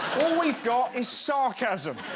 we've got is sarcasm.